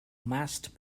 must